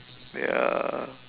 ya